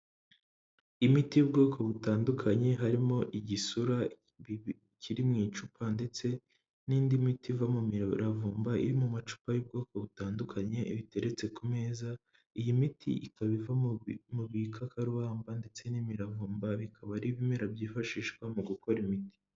Imiti y'ubwoko butandukanye harimo igisura kiri mu icupa, ndetse n'indi miti iva mu miravumba iri mu macupa y'ubwoko butandukanye, iba iiteretse ku meza, iyi miti ikaba iva mu bika karubamba ndetse n'imiravumba, bikaba ari ibimera byifashishwa mu gukora imiti.